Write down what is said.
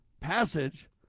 passage